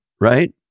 right